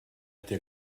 été